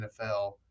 NFL